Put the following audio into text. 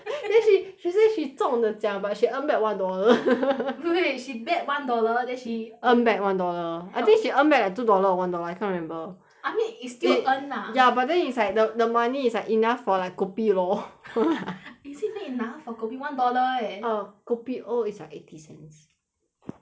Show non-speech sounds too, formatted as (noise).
then she say she 中 the 奖 but she earn back one dollar (laughs) wait wait wait she bet one dollar then she earn back one dollar help I think she earn back two dollar or one dollar I can't remember I mean it's still earn it lah ya but then is like th~ the money is like enough for like kopi loh (laughs) eh is that enough one dollar leh kopi O is like eighty cents